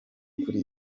kuri